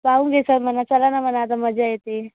पाहून घे सर्वाना चलाना म्हणा आता मजा येते